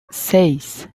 seis